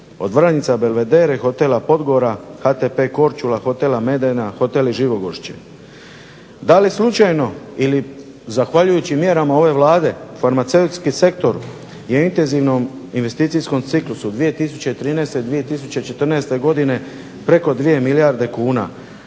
od Vranjica Belvedere, Hotela Podgora, HTP Korčula, Hotela Medena, Hoteli Živogošće. Da li slučajno ili zahvaljujući mjerama ove Vlade farmaceutski sektor je u intenzivnom investicijskom ciklusu 2013./2014. godine preko 2 milijarde kuna.